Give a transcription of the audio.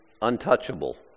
untouchable